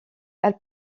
elle